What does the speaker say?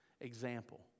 example